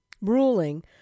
ruling